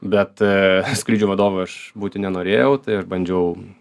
bet a skrydžių vadovu aš būti nenorėjau tai aš bandžiau